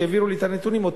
שהעבירו לי את הנתונים לגביהם,